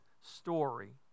story